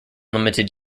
limited